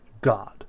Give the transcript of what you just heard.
God